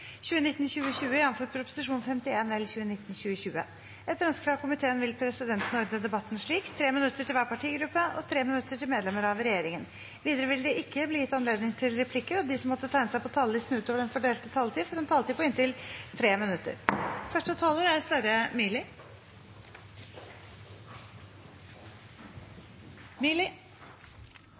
minutter til medlemmer av regjeringen. Videre vil det ikke bli gitt anledning til replikker, og de som måtte tegne seg på talerlisten utover den fordelte taletid, får en taletid på inntil 3 minutter. Jeg går ut fra at det er